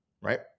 right